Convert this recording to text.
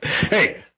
Hey